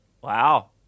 Wow